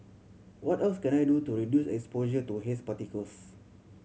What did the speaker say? what else can I do to reduce exposure to haze particles